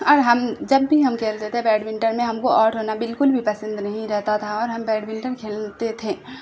اور ہم جب بھی ہم کھیلتے تھے بیڈمنٹن میں ہم کو آؤٹ ہونا بالکل بھی پسند نہیں رہتا تھا اور ہم بیڈمنٹن کھیلتے تھے